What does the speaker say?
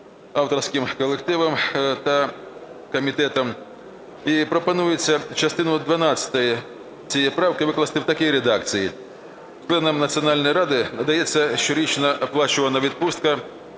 авторським колективом та комітетом. І пропонується частину дванадцяту цієї правки викласти в такій редакції: "Членам Національної ради надається щорічна оплачувана відпустка